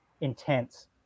intense